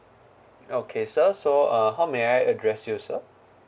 okay sir so uh how may I address you sir